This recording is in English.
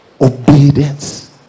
Obedience